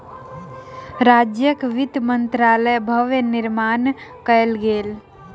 राज्यक वित्त मंत्रालयक भव्य भवन निर्माण कयल गेल